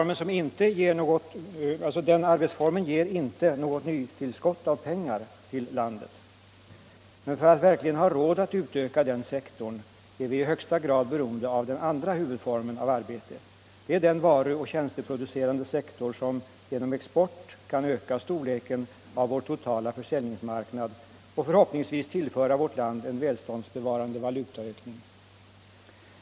Men den arbetsformen ger inte något nytillskott av pengar till landet. För att verkligen ha råd att utöka den sektorn är vi i högsta grad beroende av den andra huvudformen av arbete. Det är den varu och tjänsteproducerande sektor som genom export kan öka storleken av vår totala försäljningsmarknad och förhoppningsvis tillföra vårt land en välståndsbevarande valutaökning.